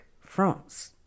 France